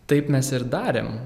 taip mes ir darėm